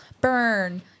burn